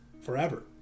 forever